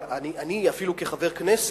אבל אני כחבר כנסת,